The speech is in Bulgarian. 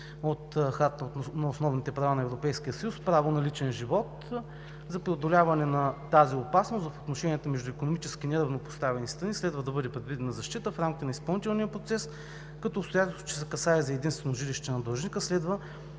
от Хартата на основните права на Европейския съюз. Право на личен живот за преодоляване на тази опасност в отношенията между икономически неравнопоставени страни следва да бъде предвидена защита в рамките на изпълнителния процес, като обстоятелството, че се касае за единствено жилище на длъжника, следва